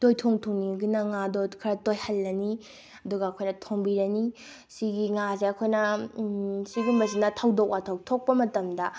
ꯇꯣꯏꯊꯣꯡ ꯊꯣꯡꯅꯤꯡꯉꯒꯅ ꯉꯥꯗꯣ ꯈꯔ ꯇꯣꯏꯍꯜꯂꯅꯤ ꯑꯗꯨꯒ ꯑꯩꯈꯣꯏꯅ ꯊꯣꯡꯕꯤꯔꯅꯤ ꯁꯤꯒꯤ ꯉꯥꯁꯦ ꯑꯩꯈꯣꯏꯅ ꯁꯤꯒꯨꯝꯕꯁꯤꯅ ꯊꯧꯗꯣꯛ ꯋꯥꯊꯣꯛ ꯊꯣꯛꯄ ꯃꯇꯝꯗ